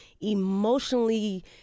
emotionally